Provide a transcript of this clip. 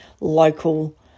local